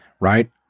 right